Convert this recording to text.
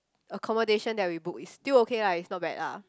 accommodation that we book it's still okay ah it's not bad ah